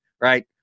right